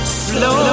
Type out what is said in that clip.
slow